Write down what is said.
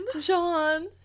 Jean